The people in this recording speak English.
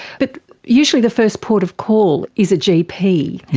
but usually the first port of call is a gp.